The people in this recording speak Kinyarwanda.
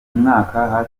mwaka